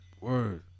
Word